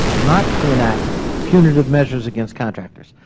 not to enact punitive measures against contractors,